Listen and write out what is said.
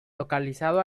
localizado